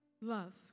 Love